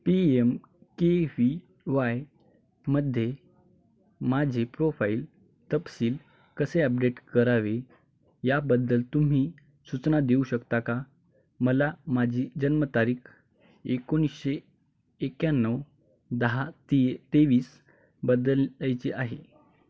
P M K V Y मध्ये माझे profile तपशील कसे अपडेट करावे याबद्दल तुम्ही सूचना देऊ शकता का मला माझी जन्मतारीख एकोणीसशे एक्याण्णव दहा ती तेवीस बदलायची आहे